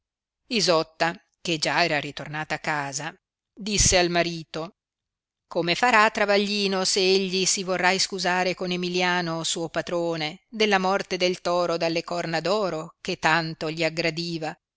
isotta che già era ritornata a casa disse al marito come farà travaglino se egli si vorrà iscusare con emilliano suo patrone della morte del toro dalle corna d oro che tanto gli aggradiva